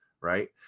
Right